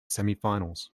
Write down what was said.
semifinals